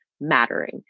mattering